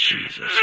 Jesus